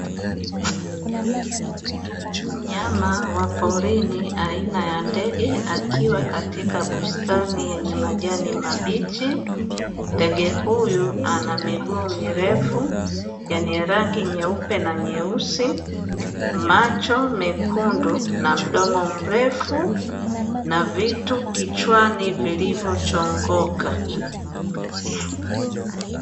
Mnyama wa porini aina ya ndege akiwa katika bustani yenye majani mabichi, ndege huyu anamiguu mirefu yenye rangi nyeupe na nyeusi, macho mekundu na mdomo mrefu na vitu kichwani vilivyochongoka.